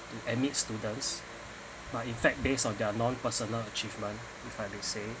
to amid students but in fact based on their non personal achievement which I have being saying